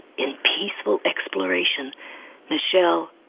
in peaceful exploration michelle,